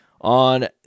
on